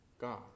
God